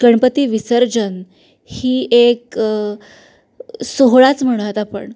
गणपती विसर्जन ही एक सोहळाच म्हणूयात आपण